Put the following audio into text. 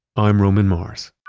i'm roman mars